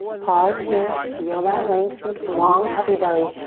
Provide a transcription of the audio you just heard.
pause here. feel that length. think long, puppy belly.